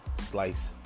slice